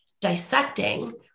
dissecting